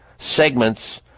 segments